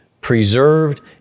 preserved